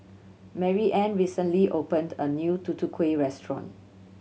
Maryann recently opened a new Tutu Kueh restaurant